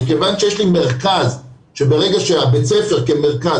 מכיוון שיש מרכז שברגע שבית הספר כמרכז,